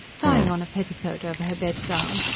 tying on a petticoat over her bedgown,